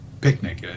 picnic